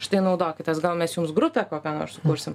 štai naudokitės gal mes jums grupę kokio nors sukursim